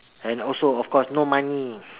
and also of course no money